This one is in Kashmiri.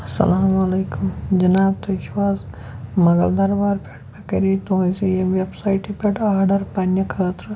اَسَلامُ علیکُم جِناب تُہۍ چھُو حظ مَغل دَربار پٮ۪ٹھ مےٚ کَرے تُہِنٛزِ ییٚمہِ ویٚبسایِٹہِ پٮ۪ٹھ آرڈر پنٛںہِ خٲطرٕ